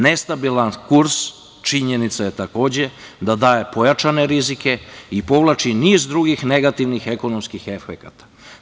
Nestabilan kurs, činjenica je takođe, daje pojačane rizike i povlači niz drugih negativnih ekonomskih efekata.